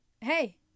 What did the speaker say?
Hey